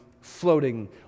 floating